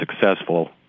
successful